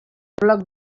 bloc